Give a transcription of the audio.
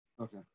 okay